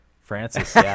francis